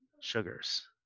sugars